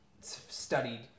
studied